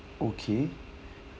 okay